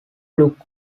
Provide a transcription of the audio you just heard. look